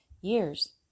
years